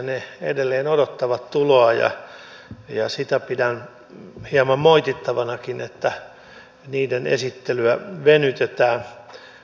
ne edelleen odottavat tuloaan ja sitä pidän hieman moitittavanakin että niiden esittelyä venytetään